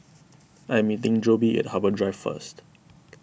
I am meeting Jobe at Harbour Drive first